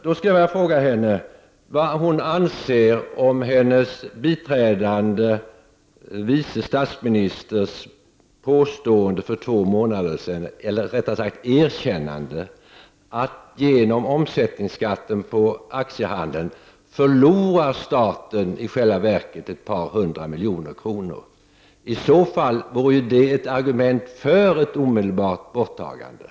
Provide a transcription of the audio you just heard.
Då vill jag fråga: Vad anser Yvonne Sandberg-Fries om ställföreträdande statsministerns påstående — eller rättare sagt erkännande — för två månader sedan att staten genom omsättningsskatten på aktiehandeln i själva verket förlorar ett par hundra miljoner kronor? I så fall vore detta ett argument för ett omedelbart borttagande.